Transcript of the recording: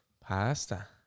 Pasta